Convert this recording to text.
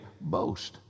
boast